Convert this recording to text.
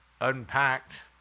unpacked